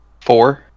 Four